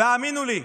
האמינו לי,